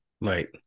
right